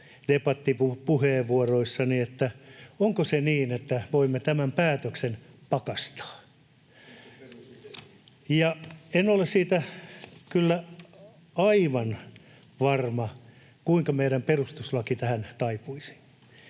debattipuheenvuoroissani, onko se niin, että voimme tämän päätöksen pakastaa. [Markus Mustajärvi: Se on se perusidea!] En ole siitä kyllä aivan varma, kuinka meidän perustuslaki tähän taipuisi.